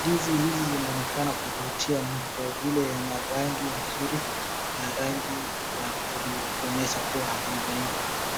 Ndizi hizi zinaonekana kuvurutia mtu kwa vile yana rangi nzuri na rangi ya kuri kuonesha kuwa halijaiva.